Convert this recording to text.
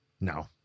No